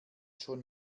schon